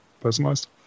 personalized